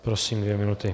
Prosím, dvě minuty.